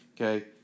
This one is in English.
Okay